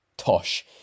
Tosh